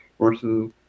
versus